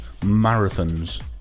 Marathons